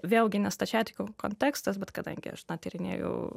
vėlgi ne stačiatikių kontekstas bet kadangi aš na tyrinėju